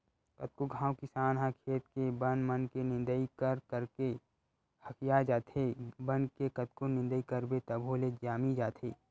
कतको घांव किसान ह खेत के बन मन के निंदई कर करके हकिया जाथे, बन के कतको निंदई करबे तभो ले जामी जाथे